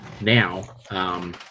now